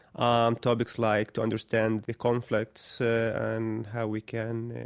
um topics like to understand the conflicts and how we can,